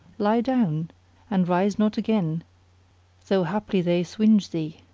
lie down and rise not again though haply they swinge thee